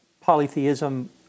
polytheism